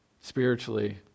spiritually